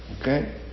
Okay